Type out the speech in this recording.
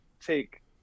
take